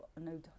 no